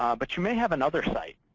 um but you may have another site.